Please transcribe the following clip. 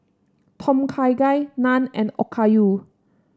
Tom Kha Gai Naan and Okayu